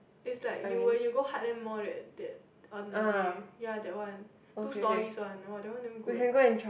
it's like you when you go Heartland Mall that that on the way ya that one two storeys !wah! that one damn good eh